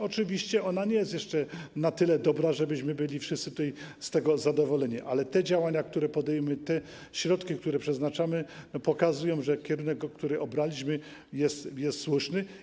Oczywiście ona nie jest jeszcze na tyle dobra, żebyśmy wszyscy byli z tego zadowoleni, ale te działania, które podejmiemy, te środki, które przeznaczamy, pokazują, że kierunek, który obraliśmy, jest słuszny.